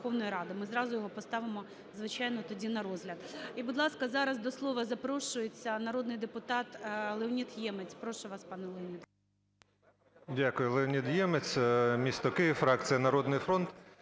Дякую. Леонід Ємець, місто Київ, фракція "Народний фронт".